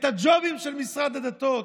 את הג'ובים של משרד הדתות.